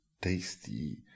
tasty